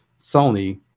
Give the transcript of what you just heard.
Sony